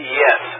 yes